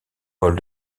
paul